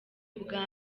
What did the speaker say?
ubwa